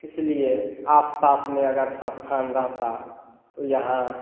इसलिए आस पास में अगर संस्थान रहता तो यहाँ